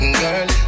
girl